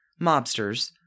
mobsters